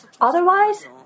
Otherwise